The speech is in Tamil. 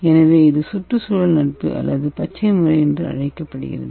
எனவே இது சுற்றுச்சூழல் நட்பு அல்லது பச்சை முறை என்றும் அழைக்கப்படுகிறது